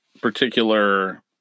particular